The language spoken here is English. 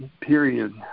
period